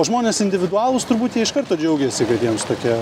o žmonės individualūs turbūt iš karto džiaugėsi kad jiems tokie